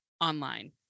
online